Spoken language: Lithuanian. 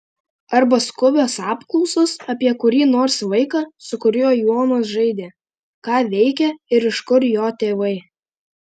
arba skubios apklausos apie kurį nors vaiką su kuriuo jonas žaidė ką veikia ir iš kur jo tėvai